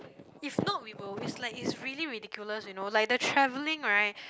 if not we will always like it's really ridiculous you know like the travelling right